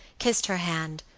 kissed her hand,